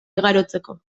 igarotzeko